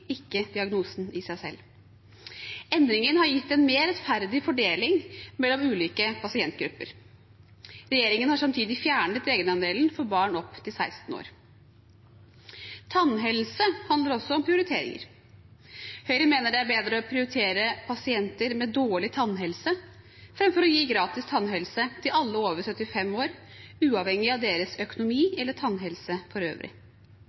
ikke diagnosen i seg selv. Endringen har gitt en mer rettferdig fordeling mellom ulike pasientgrupper. Regjeringen har samtidig fjernet egenandelen for barn opptil 16 år. Tannhelse handler også om prioriteringer. Høyre mener det er bedre å prioritere pasienter med dårlig tannhelse framfor å gi gratis tannhelse til alle over 75 år uavhengig av deres økonomi eller tannhelse for øvrig.